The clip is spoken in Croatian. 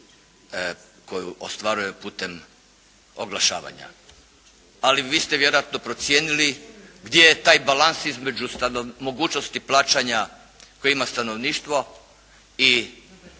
koju ostvaruje putem oglašavanja. Ali vi ste vjerojatno procijenili gdje je taj balans između mogućnosti plaćanja koje ima stanovništvo i onoga što